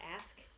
ask